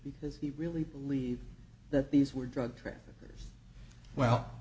because he really believed that these were drug traffickers well